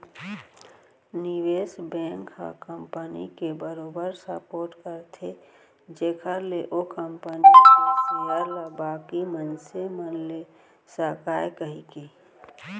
निवेस बेंक ह कंपनी के बरोबर सपोट करथे जेखर ले ओ कंपनी के सेयर ल बाकी मनसे मन ले सकय कहिके